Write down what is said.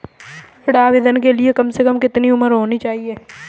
ऋण आवेदन के लिए कम से कम कितनी उम्र होनी चाहिए?